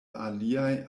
aliaj